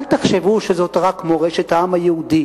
אל תחשבו שזאת רק מורשת העם היהודי